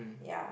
ya